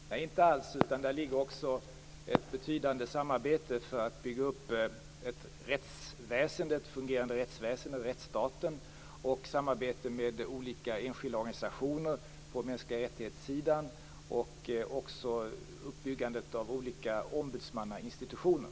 Fru talman! Nej, inte alls. I detta ingår också ett betydande samarbete för att bygga upp en rättsstat med ett fungerande rättsväsende, ett samarbete med olika enskilda organisationer vad gäller mänskliga rättigheter och även ett uppbyggande av olika ombudsmannainstitutioner.